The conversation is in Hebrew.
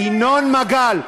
ינון מגל,